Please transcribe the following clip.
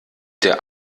der